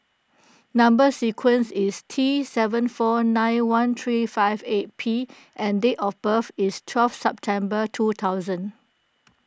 Number Sequence is T seven four nine one three five eight P and date of birth is twelfth September two thousand